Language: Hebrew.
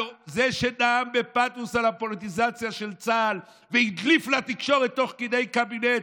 זה שנאם בפתוס על הפוליטיזציה של צה"ל והדליף לתקשורת תוך כדי קבינט,